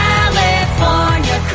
California